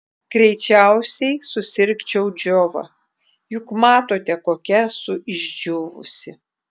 greičiausiai susirgčiau džiova juk matote kokia esu išdžiūvusi